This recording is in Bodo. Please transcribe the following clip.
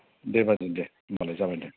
दे बाजै दे होनबालाय जाबाय दे